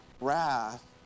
wrath